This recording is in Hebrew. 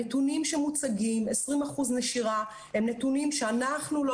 הנתונים שמוצגים 20% נשירה הם נתונים שאנחנו לא